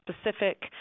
Specific